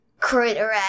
Critter